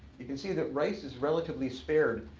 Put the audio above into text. you can see that rice is relatively spared.